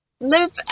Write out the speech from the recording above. live